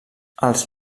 els